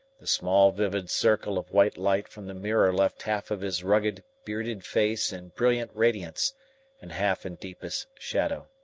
the small vivid circle of white light from the mirror left half of his rugged, bearded face in brilliant radiance and half in deepest shadow.